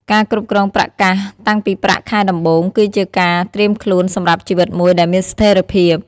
ការគ្រប់គ្រងប្រាក់កាសតាំងពីប្រាក់ខែដំបូង គឺជាការត្រៀមខ្លួនសម្រាប់ជីវិតមួយដែលមានស្ថិរភាព។